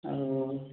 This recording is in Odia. ଆଉ